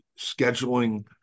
scheduling